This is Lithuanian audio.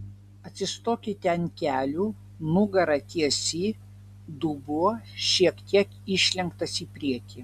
atsistokite ant kelių nugara tiesi dubuo šiek tiek išlenktas į priekį